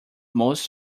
most